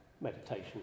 meditation